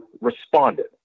responded